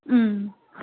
ம்